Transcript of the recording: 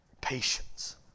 patience